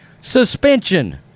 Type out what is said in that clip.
suspension